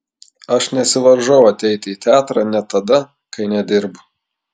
aš nesivaržau ateiti į teatrą net tada kai nedirbu